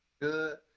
good